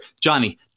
Johnny